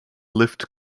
lived